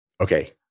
okay